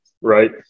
right